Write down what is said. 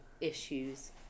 issues